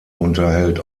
unterhält